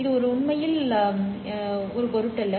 இது உண்மையில் ஒரு பொருட்டல்ல